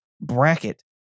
bracket